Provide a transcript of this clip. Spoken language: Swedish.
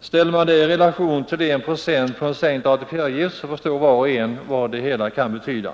Ställer man det i relation till 1 procent i sänkt ATP-avgift förstår var och en vad en sådan sänkning kan betyda.